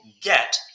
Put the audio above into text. get